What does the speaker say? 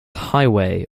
highway